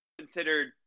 considered